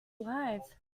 alive